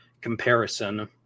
comparison